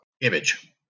image